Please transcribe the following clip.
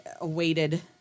awaited